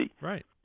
Right